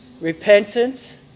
repentance